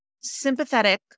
sympathetic